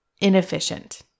inefficient